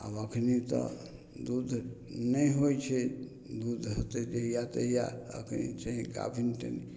आब एखन तऽ दूध नहि होइ छै दूध हेतै जहिआ तहिआ एखन छै गाभिन तऽ